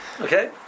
okay